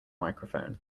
microphone